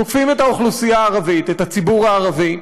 תוקפים את האוכלוסייה הערבית, את הציבור הערבי.